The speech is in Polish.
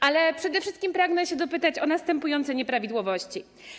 Ale przede wszystkim pragnę się dopytać o następujące nieprawidłowości.